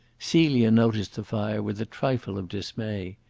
celia noticed the fire with a trifle of dismay.